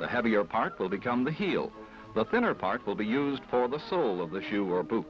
the heavier park will become the heel the thinner part will be used for the sole of the shoe or both